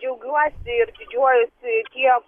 džiaugiuosi ir didžiuojuosi tiek